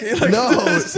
No